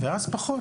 ואז פחות.